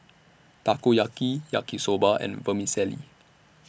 Takoyaki Yaki Soba and Vermicelli